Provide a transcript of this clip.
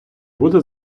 буде